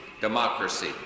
democracy